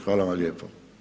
Hvala vam lijepo.